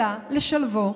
אלא לשלבו,